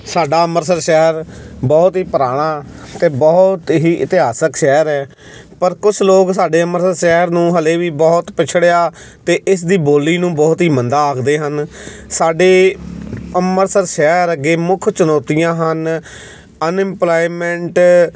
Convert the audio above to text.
ਸਾਡਾ ਅੰਮ੍ਰਿਤਸਰ ਸ਼ਹਿਰ ਬਹੁਤ ਹੀ ਪੁਰਾਣਾ ਅਤੇ ਬਹੁਤ ਹੀ ਇਤਿਹਾਸਿਕ ਸ਼ਹਿਰ ਹੈ ਪਰ ਕੁਛ ਲੋਕ ਸਾਡੇ ਅੰਮ੍ਰਿਤਸਰ ਸ਼ਹਿਰ ਨੂੰ ਹਜੇ ਵੀ ਬਹੁਤ ਪਿਛੜਿਆ ਅਤੇ ਇਸ ਦੀ ਬੋਲੀ ਨੂੰ ਬਹੁਤ ਹੀ ਮੰਦਾ ਆਖਦੇ ਹਨ ਸਾਡੇ ਅੰਮ੍ਰਿਤਸਰ ਸ਼ਹਿਰ ਅੱਗੇ ਮੁੱਖ ਚੁਣੌਤੀਆਂ ਹਨ ਅਨਇੰਪਲਾਈਮੈਂਟ